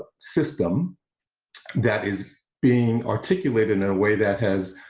system that is being articulated in a way that has,